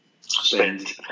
spend